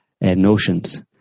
notions